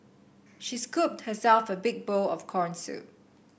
she scooped herself a big bowl of corn soup